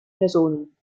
personen